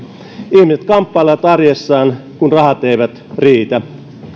ihmiset kamppailevat arjessaan kun rahat eivät riitä